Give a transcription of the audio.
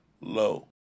low